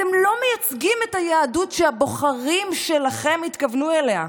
אתם לא מייצגים את היהדות שהבוחרים שלכם התכוונו אליה,